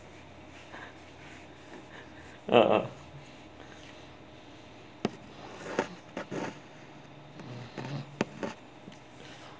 uh !huh!